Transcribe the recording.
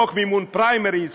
חוק מימון פריימריז,